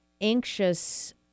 anxious